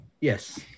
Yes